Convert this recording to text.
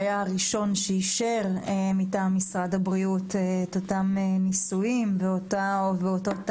שהיה הראשון שאישר מטעם משרד הבריאות את הניסויים והתהליך.